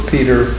Peter